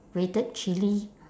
grated chilli